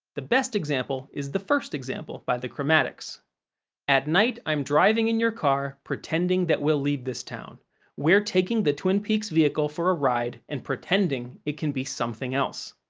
the best example is the first example by the chromatics at night i'm driving in your car pretending that we'll leave this town we're taking the twin peaks vehicle for a ride and pretending it can be something else.